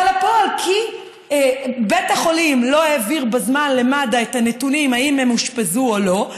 לפועל כי בית החולים לא העביר בזמן למד"א את הנתונים אם הם אושפזו או לא.